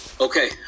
Okay